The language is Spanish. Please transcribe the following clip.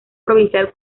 provincial